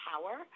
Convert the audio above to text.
power